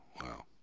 Wow